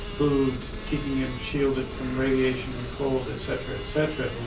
food, keeping him shielded from radiation and cold etc. etc,